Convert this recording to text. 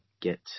get